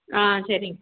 ஆ சரி